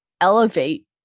elevate